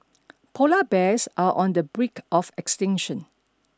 polar bears are on the break of extinction